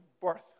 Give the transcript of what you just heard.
birth